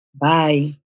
Bye